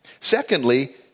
Secondly